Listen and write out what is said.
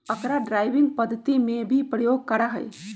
अकरा ड्राइविंग पद्धति में भी प्रयोग करा हई